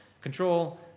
control